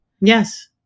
Yes